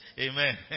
amen